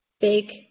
big